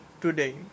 today